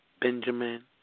Benjamin